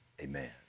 Amen